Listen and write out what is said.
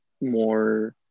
more